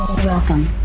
Welcome